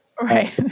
Right